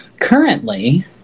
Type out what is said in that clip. currently